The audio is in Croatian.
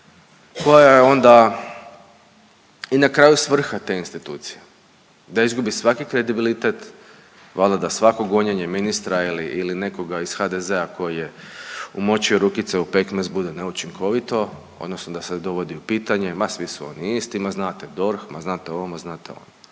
koja je onda i na kraju svrha te institucije. Da izgubi svaki kredibilitet, valjda da svako gonjenje ministra ili nekoga iz HDZ-a koji je umočio rukice u pekmez bude neučinkovito odnosno da se dovodi u pitanje, ma svi su oni isti, ma znate DORH, ma znate ovo, ma znate ono.